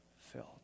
filled